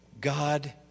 God